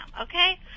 okay